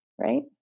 Right